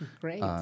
Great